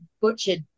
butchered